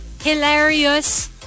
hilarious